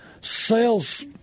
sales